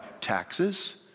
Taxes